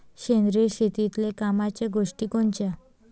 सेंद्रिय शेतीतले कामाच्या गोष्टी कोनच्या?